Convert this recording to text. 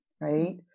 right